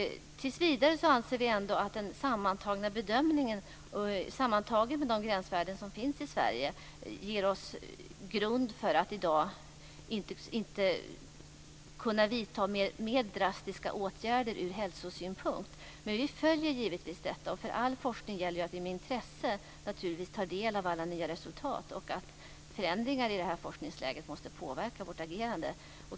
Tillsvidare anser vi att den sammantagna bedömningen är att de gränsvärden som finns i Sverige ger oss grund för att i dag inte vidta mer drastiska åtgärder ur hälsosynpunkt. Vi följer givetvis detta. För all forskning gäller att vi med intresse tar del av alla nya resultat och att förändringar i forskningsläget måste påverka vårt agerande.